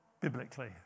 biblically